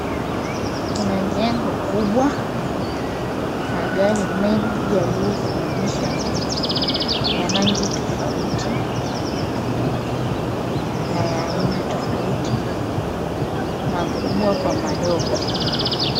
Kuna jengo kubwa, magari mengi yaliyosimamishwa, ya rangi tofauti na ya aina tofauti, makubwa kwa madogo.